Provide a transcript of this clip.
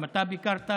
גם אתה ביקרת,